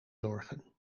zorgen